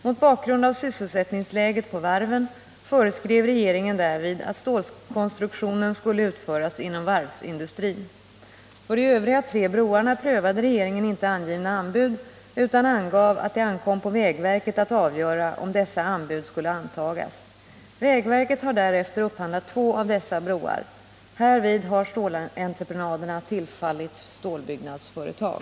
Mot bakgrund av sysselsättningsläget på varven föreskrev regeringen därvid att stålkonstruktionen skulle utföras inom varvsindustrin. För de övriga tre broarna prövade regeringen inte avgivna anbud utan angav att det ankom på vägverket att avgöra om dessa anbud skulle antagas. Vägverket har därefter upphandlat två av dessa broar. Härvid har stålentreprenaderna tillfallit stålbyggnadsföretag.